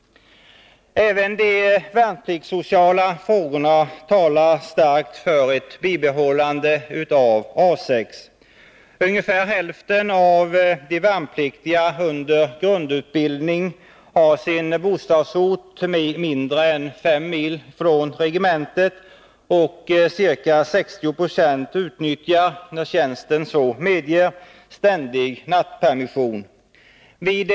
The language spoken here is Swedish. Även de värnpliktssociala frågorna talar starkt för ett bibehållande av A 6. Ungefär hälften av de värnpliktiga under grundutbildning har sin bostadsort mindre än 5 mil från regementet, och ca 60 6 utnyttjar, när tjänsten så medger, ständig nattpermission.